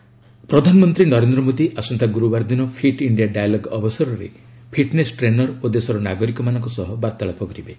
PM fit India dialogue ପ୍ରଧାନମନ୍ତ୍ରୀ ନରେନ୍ଦ୍ର ମୋଦୀ ଆସନ୍ତା ଗୁରୁବାର ଦିନ 'ଫିଟ୍ ଇଣ୍ଡିଆ ଡାଏଲଗ୍' ଅବସରରେ ଫିଟ୍ନେସ୍ ଟ୍ରେନର ଓ ଦେଶର ନାଗରିକମାନଙ୍କ ସହ ବାର୍ତ୍ତାଳାପ କରିବେ